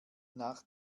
nach